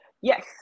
Yes